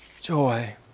joy